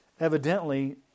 Evidently